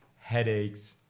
headaches